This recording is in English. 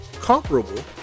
comparable